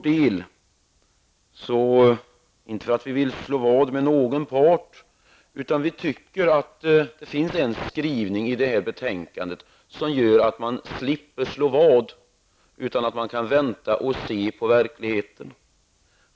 Det finns en skrivning i betänkandet som gör att man slipper slå vad och i stället kan vänta och se på verkligheten.